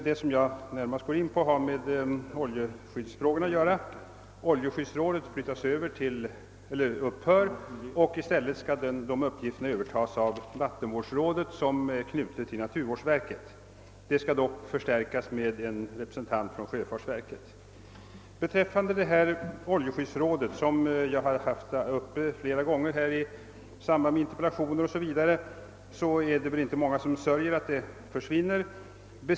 Den som jag närmast tänker beröra har med oljeskyddsfrågorna att göra. Oljeskyddsrådet föreslås upphöra, och dess uppgifter skall övertas av vattenvårdsrådet, som är knutet till naturvårdsverket. Rådet skall dock förstärkas med en representant för sjöfartsverket. Jag har flera gånger i samband bl.a. med interpellationer talat om oljeskyddsrådet, och jag tror inte det är många som sörjer över att det skall försvinna.